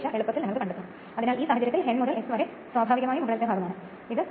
എന്തുകൊണ്ടാണ് പിന്നീട് കാണുന്നത്സ്ക്വിറൽ കേജ് റോട്ടർ